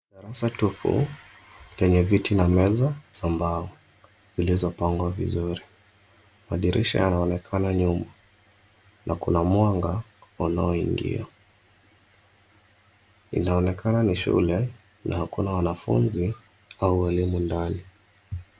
Darasa tupu, lenye viti na meza za mbao, zilizopangwa vizuri. Madirisha yanaonekana nyuma na kuna mwanga unaoingia. Inaonekana ni shule na hakuna wanafunzi au walimu ndani.